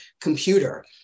computer